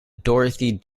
dorothy